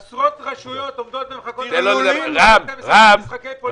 עשרות רשויות עומדות ומחכות ופה עושים משחקי פוליטיקה.